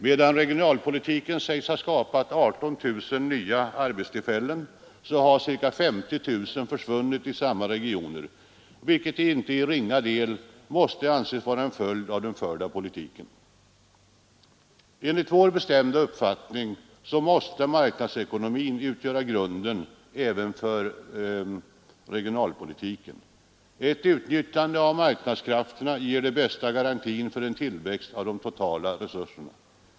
Medan regionalpolitiken sägs ha skapat 18 000 nya arbetstillfällen har ca 50 000 försvunnit i samma regioner — vilket till inte ringa del måste anses vara en följd av den förda politiken. Enligt vår bestämda uppfattning måste marknadsekonomin utgöra grunden även för regionalpolitiken. Ett utnyttjande av marknadskrafterna ger den bästa garantin för tillväxt av de totala resurserna.